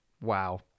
Wow